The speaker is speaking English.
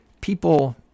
people